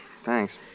Thanks